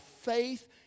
faith